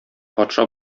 патша